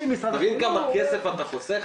אתה מבין כמה כסף אתה חוסך?